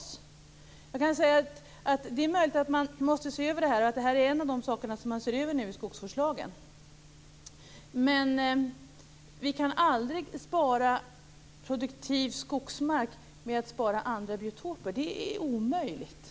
Det är möjligt att detta måste ses över och att det här är en av de saker i skogsvårdslagen som nu ses över. Vi kan dock aldrig spara produktiv skogsmark genom att spara andra biotoper. Det är en omöjlighet.